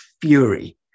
fury